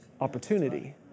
Opportunity